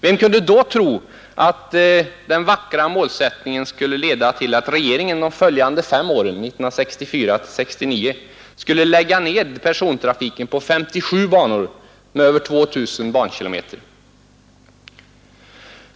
Vem kunde då tro att den vackra målsättningen skulle leda till att regeringen de följande åren, 1964—1969, skulle lägga ned persontrafiken på 57 banor med över 2 000 bankilometer?